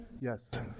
Yes